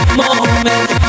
moment